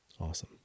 Awesome